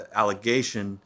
allegation